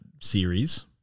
series